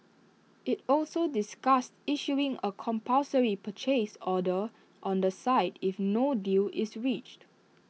IT also discussed issuing A compulsory purchase order on the site if no deal is reached